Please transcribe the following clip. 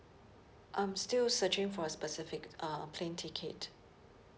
I'm still searching for a specific uh plane ticket